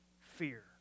fear